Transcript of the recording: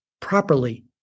properly